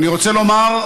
אני רוצה לומר,